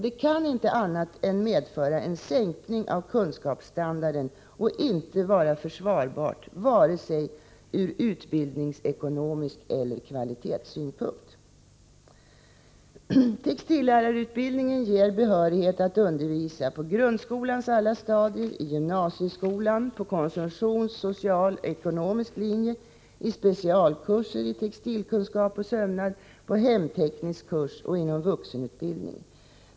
Det kan inte annat än medföra en sänkning av kunskapsstandarden, och det kan inte vara försvarbart ur vare sig utbildningsekonomisk synpunkt eller kvalitetssynpunkt. Textillärarutbildningen ger behörighet att undervisa på grundskolans alla stadier och i gymnasieskolan på konsumtionslinje, på social och på ekonomisk linje, i specialkurser i textilkunskap och sömnad, på hemteknisk kurs och inom vuxenutbildningen.